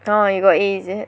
oh you got A is it